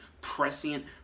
prescient